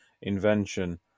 invention